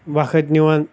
وقت نِوان